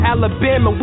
Alabama